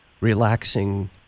relaxing